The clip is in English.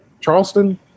Charleston